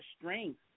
strength